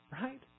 right